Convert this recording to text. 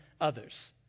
others